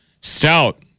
stout